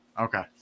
Okay